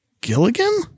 Gilligan